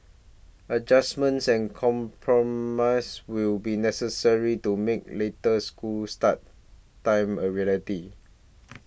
adjustments and compromise will be necessary to make later school start times a reality